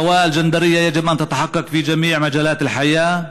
יש ליישם את השוויון המגדרי בכל תחומי החיים,